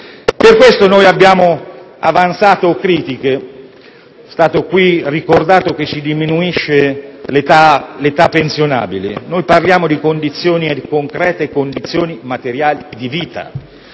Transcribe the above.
Per questo noi abbiamo avanzato alcune critiche. É stato qui ricordato che si diminuisce l'età pensionabile. Noi parliamo di condizioni concrete e condizioni materiali di vita;